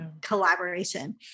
collaboration